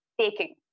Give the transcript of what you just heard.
taking